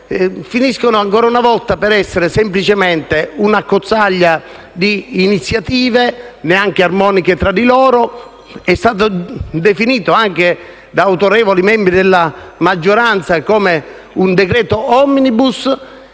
finisce ancora una volta per essere, semplicemente, un'accozzaglia di iniziative, neanche armoniche tra di loro. Tale provvedimento è stato definito, anche da autorevoli membri della maggioranza, come un decreto *omnibus*,